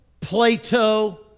Plato